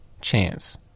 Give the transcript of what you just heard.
Chance